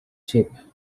cheap